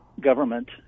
government